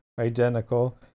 identical